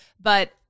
but-